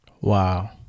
Wow